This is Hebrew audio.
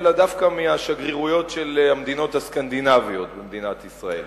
אלא דווקא מהשגרירויות של המדינות הסקנדינביות במדינת ישראל.